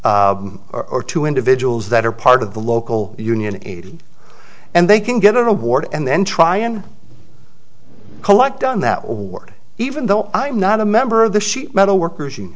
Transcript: or two individuals that are part of the local union aid and they can get an award and then try and collect done that work even though i'm not a member of the sheet metal workers